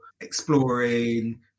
exploring